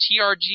TRG